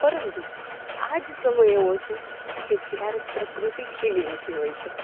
પરંતુ આ જ સમય હોય છે કે જ્યારે પ્રકૃતિ ખીલી ઉઠી હોય છે